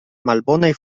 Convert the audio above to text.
malbonaj